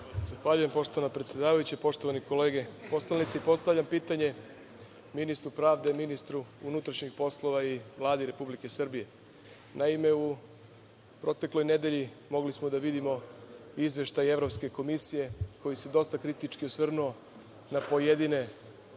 Zahvaljujem. Poštovana predsedavajuća, poštovane kolege poslanici, postavljam pitanje ministru pravde, ministru unutrašnjih poslova i Vladi Republike Srbije. Naime, u protekloj nedelji mogli smo da vidimo izveštaj Evropske komisije koji se dosta kritički osvrnuo na pojedine